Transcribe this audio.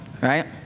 right